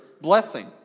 blessing